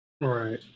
Right